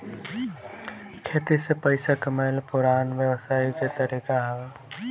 खेती से पइसा कमाइल पुरान व्यवसाय के तरीका हवे